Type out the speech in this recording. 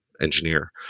engineer